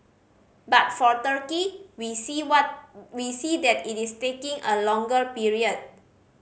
but for Turkey we see what we see that it is taking a longer period